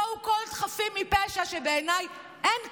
ה-so called חפים מפשע, שבעיניי אין כאלה,